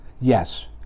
Yes